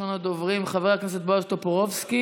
ראשון הדוברים, חבר הכנסת בועז טופורובסקי.